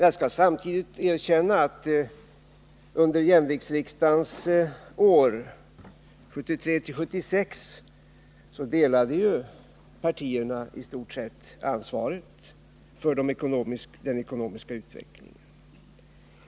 Jag skall samtidigt erkänna att under jämviktsriksdagens år, 1973-1976, delade partierna i stort sett ansvaret för den ekonomiska utvecklingen.